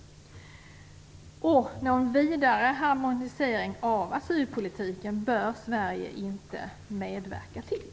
Någon vidare harmonisering av asylpolitiken bör Sverige inte medverka till.